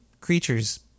creatures